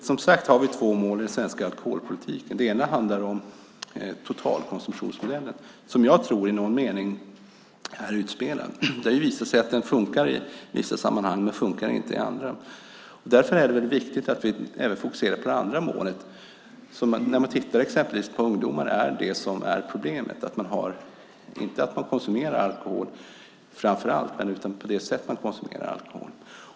Vi har två mål i den svenska alkoholpolitiken. Det ena handlar om totalkonsumtionsmodellen, som jag tror i någon mening är utspelad. Det har visat sig att den fungerar i vissa sammanhang men inte i andra. Därför är det viktigt att vi även fokuserar på det andra målet. Problemet när man tittar exempelvis på ungdomar är framför allt inte att de konsumerar alkohol utan det sätt som alkoholen konsumeras på.